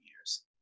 years